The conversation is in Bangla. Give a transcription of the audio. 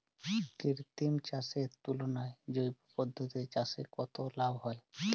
কৃত্রিম চাষের তুলনায় জৈব পদ্ধতিতে চাষে কত লাভ হয়?